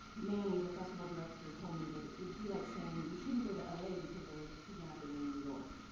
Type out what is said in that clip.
manny, the festival director, told me that it would be like saying you shouldn't go to um la because there was a kidnapping in new york.